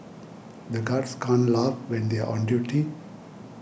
the guards can't laugh when they are on duty